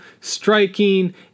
striking